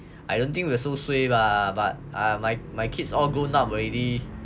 I don't think will so suay lah but err my my kids all grown up already